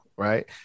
right